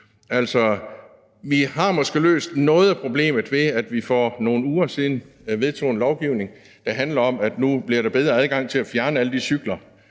Altså, vi har måske løst noget af problemet, ved at vi for nogle uger siden vedtog en lovgivning, der handler om, at der nu bliver bedre adgang til at fjerne alle de cykler,